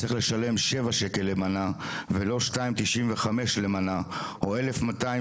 צריך לשלם שבע שקל לשנה ולא שתיים תשעים וחמש לשנה או אלף מאתיים